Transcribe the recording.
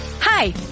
Hi